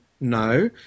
No